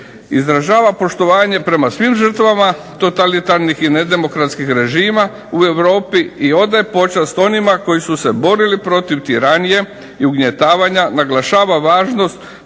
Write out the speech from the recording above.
izražava poštovanje prema svim žrtvama totalitarnih i nedemokratskih režima u Europi i odaje počast onima koji su se borili protiv tiranije i ugnjetavanja, naglašava važnost